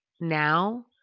now